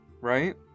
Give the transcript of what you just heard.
right